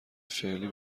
فعلی